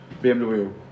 BMW